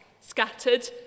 scattered